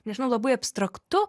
nežinau labai abstraktu